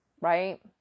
right